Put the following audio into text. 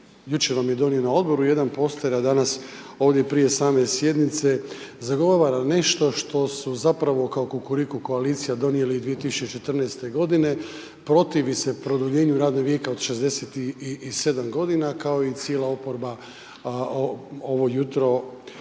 jučer vam je donio na odboru jedan poster a danas ovdje prije same sjednice zagovara, nešto što su zapravo kao Kukuriku koalicija donijeli 2014. g., protivi se produljenju radnog vijeka od 67 g. kao i cijela oporba ovo jutro dok